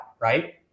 right